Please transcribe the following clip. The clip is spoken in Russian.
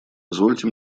позвольте